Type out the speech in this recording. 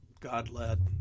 god-led